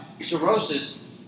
cirrhosis